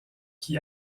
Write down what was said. qui